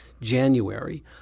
January